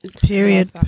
Period